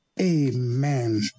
amen